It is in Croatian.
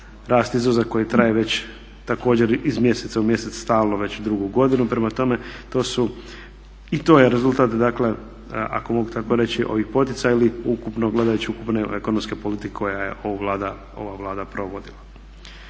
rast izvoza koji traje već također iz mjeseca u mjesec stalno već drugu godinu. Prema tome, to su i to je rezultat dakle ako mogu tako reći ovih poticaja ili ukupno gledajući ukupne ekonomske politike koju je ova Vlada, ova